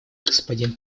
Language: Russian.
господин